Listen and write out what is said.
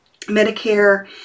Medicare